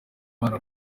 imana